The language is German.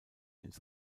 ins